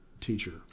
teacher